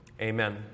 Amen